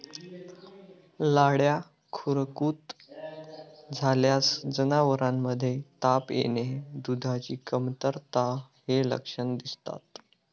लाळ्या खुरकूत झाल्यास जनावरांमध्ये ताप येणे, दुधाची कमतरता हे लक्षण दिसतात